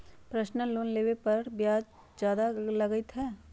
Personal loan लेबे पर ब्याज ज्यादा काहे लागईत है?